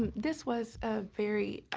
this was a very